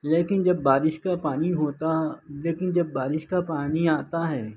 لیکن جب بارش کا پانی ہوتا لکین جب بارش کا پانی آتا ہے